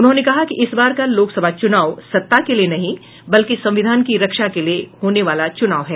उन्होंने कहा कि इस बार का लोकसभा चुनाव सत्ता के लिए नहीं बल्कि संविधान की रक्षा के लिए होने वाला चुनाव है